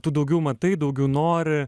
tu daugiau matai daugiau nori